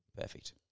Perfect